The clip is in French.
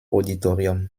auditorium